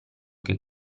che